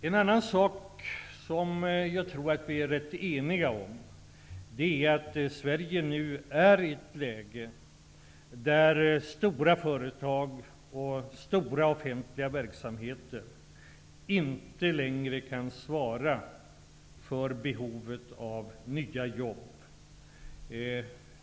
En annan sak som jag tror att vi är rätt eniga om är att Sverige nu är i ett läge där stora företag och stora offentliga verksamheter inte längre kan tillfredsställa behovet av nya jobb.